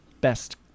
best